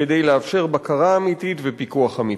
כדי לאפשר בקרה אמיתית ופיקוח אמיתי.